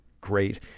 great